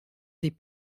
des